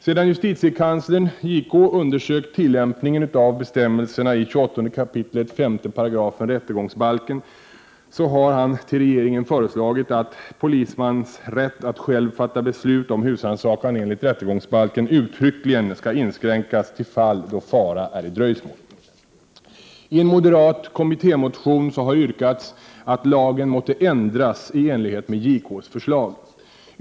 Sedan justitiekanslern, JK, undersökt tillämpningen av bestämmelserna i 28 kap. 5§ rättegångsbalken har han hos regeringen föreslagit att en polismans rätt att själv fatta beslut om husrannsakan enligt rättegångsbalken uttryckligen inskränks till fall då fara är i dröjsmål. I en moderat kommittémotion har det yrkats att lagen måtte ändras i enlighet med JK:s förslag.